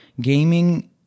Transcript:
gaming